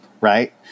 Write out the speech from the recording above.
Right